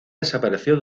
desapareció